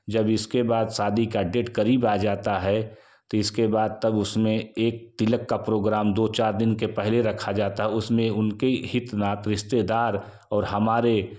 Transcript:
जब इसके बाद शादी का डेट करीब आ जाता है तो इसके बाद तब उसमें एक तिलक का प्रोग्राम दो चार दिन के पहले रखा जाता है उसमें उनके हित नात रिश्तेदार और हमारे